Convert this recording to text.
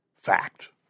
fact